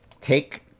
take